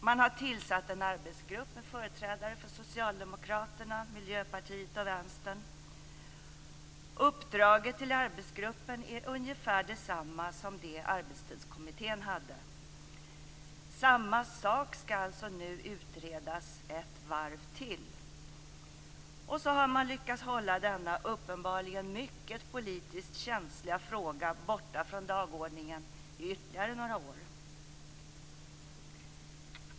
Man har tillsatt en arbetsgrupp med företrädare för Socialdemokraterna, Miljöpartiet och Vänstern. Uppdraget till arbetsgruppen är ungefär detsamma som det Arbetstidskommittén hade. Samma sak skall nu alltså utredas ett varv till. Och så har man lyckats hålla denna uppenbarligen mycket politiskt känsliga fråga borta från dagordningen i ytterligare några år.